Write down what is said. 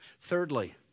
Thirdly